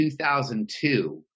2002